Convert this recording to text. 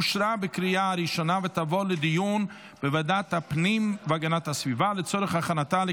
2024, לוועדת הפנים והגנת הסביבה נתקבלה.